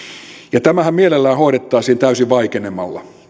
ja tämähän mielellään hoidettaisiin täysin vaikenemalla